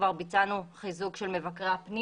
כבר ביצענו חיזוק של מבקרי הפנים